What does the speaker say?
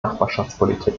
nachbarschaftspolitik